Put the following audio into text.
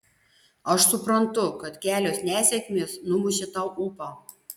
aš suprantu kad kelios nesėkmės numušė tau ūpą